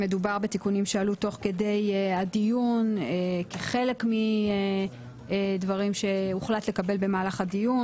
בתיקונים שעלו תוך כדי הדיון כחלק מדברים שהוחלט לקבל במהלך הדיון.